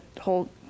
whole